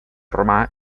romà